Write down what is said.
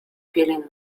feeling